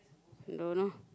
dunno